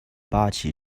八旗